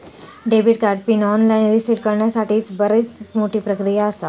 debit card pin online reset करण्यासाठीक बरीच मोठी प्रक्रिया आसा